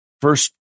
first